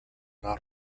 not